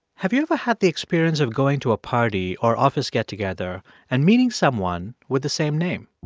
have you ever had the experience of going to a party or office get-together and meeting someone with the same name,